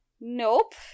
Nope